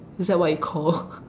is that what you call